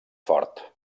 fort